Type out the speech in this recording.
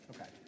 Okay